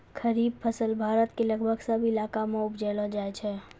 खरीफ फसल भारत के लगभग सब इलाका मॅ उपजैलो जाय छै